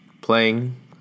playing